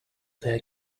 there